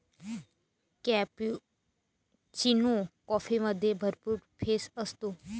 cappuccino कॉफीमध्ये भरपूर फेस असतो